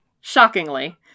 Shockingly